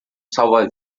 salva